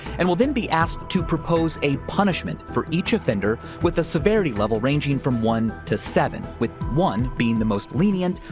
and will then be asked to propose a punishment for each offender with a severity level ranging from one to seven, with one being the most lenient,